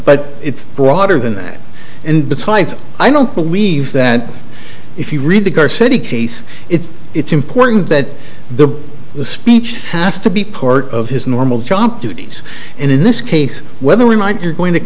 but it's broader than that and besides i don't believe that if you read the car city case it's it's important that the speech has to be part of his normal job duties and in this case whether we might you're going to